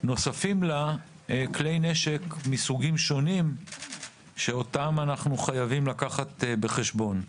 נוספים לה כלי נשק מסוגים שונים שאותם אנחנו חייבים לקחת בחשבון.